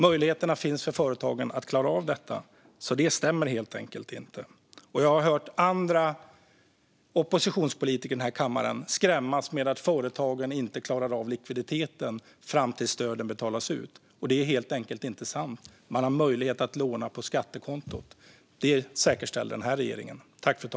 Möjligheterna finns för företagen att klara av detta. Det Martin Ådahl säger stämmer helt enkelt inte. Jag har hört andra oppositionspolitiker i denna kammare skrämmas med att företagen inte klarar av likviditeten fram till det att stöden betalas ut. Det är helt enkelt inte sant. Man har möjlighet att låna på skattekontot. Regeringen säkerställer detta.